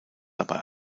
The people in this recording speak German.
dabei